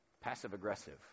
passive-aggressive